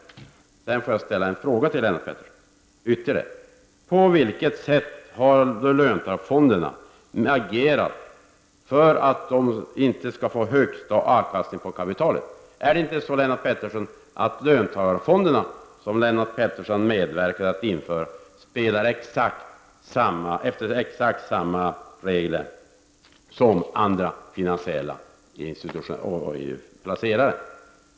Jag vill ställa ytterligare en fråga till Lennart Pettersson: På vilket sätt har löntagarfonderna agerat för att de inte skall få högsta avkastning på kapitalet? Är det inte så att löntagarfonderna, som Lennart Pettersson har medverkat till att införa, spelar efter exakt samma regler som andra finansiella institutionella placerare?